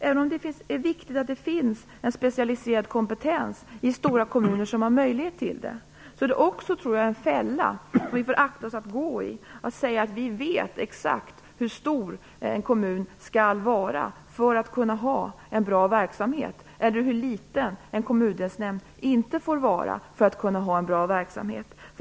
Även om det är viktigt att det finns en specialiserad kompetens i stora kommuner som har möjlighet till det är det också en fälla, som vi får akta oss för att gå i, att säga att vi vet exakt hur stor en kommun skall vara för att kunna ha en bra verksamhet eller hur liten en kommundelsnämnd inte får vara för att kunna ha en bra verksamhet.